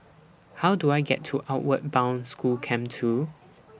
How Do I get to Outward Bound School Camp two